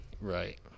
right